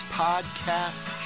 podcast